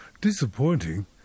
disappointing